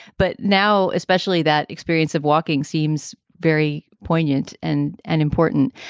but now especially that experience of walking seems very poignant and and important.